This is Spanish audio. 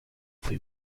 fuí